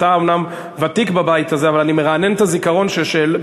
אתה אומנם ותיק בבית הזה אבל אני מרענן את הזיכרון שגם